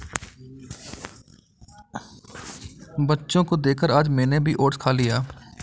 बच्चों को देखकर आज मैंने भी ओट्स खा लिया